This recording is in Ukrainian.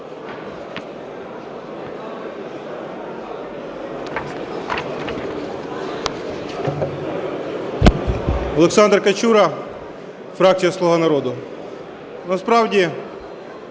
Олександр Качура, фракція "Слуга народу".